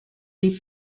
les